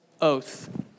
oath